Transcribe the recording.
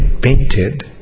painted